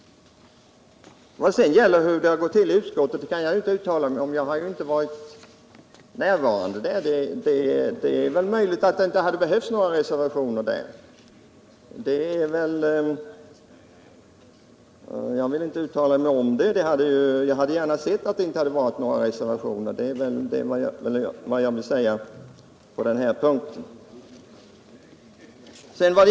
Vad sedan gäller hur det har gått till i utskottet kan jag inte uttala mig — jag har ju inte varit närvarande där. Det är möjligt att det inte hade behövts några reservationer, jag vill inte uttala mig om det. Jag hade gärna sett att det inte hade varit några reservationer. Det är vad jag vill säga på den punkten.